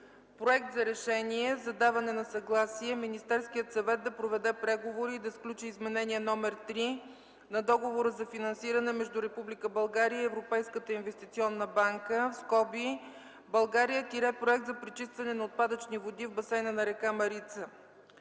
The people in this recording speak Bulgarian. проект за: „РЕШЕНИЕ за даване на съгласие Министерският съвет да проведе преговори и да сключи Изменение № 3 на Договора за финансиране между Република България и Европейската инвестиционна банка (България – проект за пречистване на отпадъчни води в басейна на река Марица)